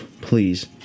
please